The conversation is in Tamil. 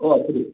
ஓ அப்படி